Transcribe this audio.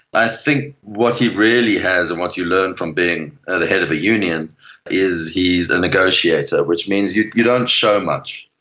i think what he really has and what you learn from being ah the head of a union is he's a negotiator, which means you you don't show much.